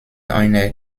einer